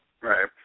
Right